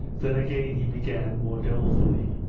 then again he began, more dolefully,